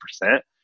percent